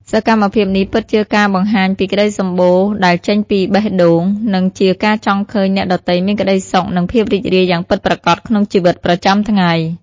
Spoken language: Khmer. សកម្មភាពនេះពិតជាការបង្ហាញពីក្តីសប្បុរសដែលចេញពីបេះដូង និងជាការចង់ឃើញអ្នកដទៃមានក្តីសុខនិងភាពរីករាយយ៉ាងពិតប្រាកដក្នុងជីវិតប្រចាំថ្ងៃ។